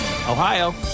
Ohio